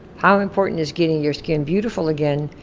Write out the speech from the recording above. how important is getting your skin beautiful again,